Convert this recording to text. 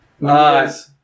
Yes